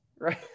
right